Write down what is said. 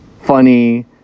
funny